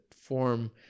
form